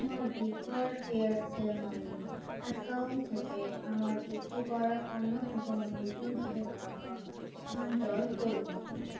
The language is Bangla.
আমার ডিফল্ট এয়ারটেল মানি অ্যাকাউন্ট থেকে আমার যুক্ত করা অন্য অ্যাকাউন্টে তিন হাজার টাকা স্থানান্তর করুন